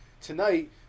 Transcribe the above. tonight